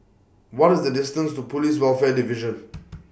What IS The distance to Police Welfare Division